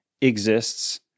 exists